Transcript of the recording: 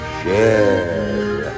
share